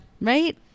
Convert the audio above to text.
Right